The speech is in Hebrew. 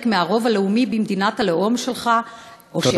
מהרוב הלאומי במדינת הלאום שלךָ תודה.